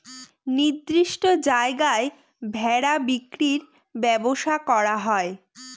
নির্দিষ্ট জায়গায় ভেড়া বিক্রির ব্যবসা করা হয়